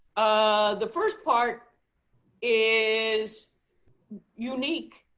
ah the first part is unique,